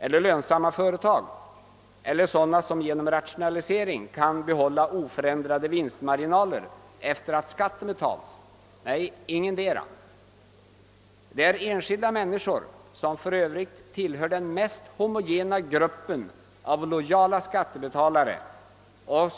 Är det lönsamma företag eller företag som genom rationalisering kan behålla oförändrade vinstmarginaler sedan skatten betalts? Nej, ingetdera. Det är enskilda människor, som för övrigt tillhör den mest homogena gruppen av lojala skattebetalare och